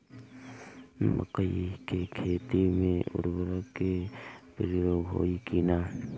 मकई के खेती में उर्वरक के प्रयोग होई की ना?